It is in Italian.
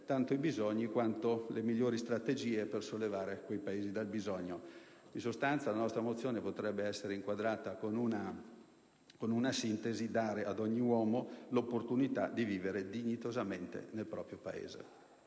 meglio i bisogni e ad adottare le migliori strategie per sollevarli dal bisogno. In sostanza, la nostra mozione potrebbe essere inquadrata con una sintesi: dare ad ogni uomo l'opportunità di vivere dignitosamente nel proprio Paese.